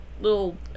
little